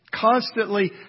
constantly